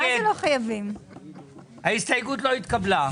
הצבעה לא אושר ההסתייגות לא התקבלה.